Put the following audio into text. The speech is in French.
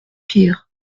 pear